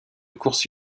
course